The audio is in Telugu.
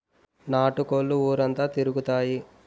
నాటు కోళ్లు ఊరంతా తిరుగుతాయి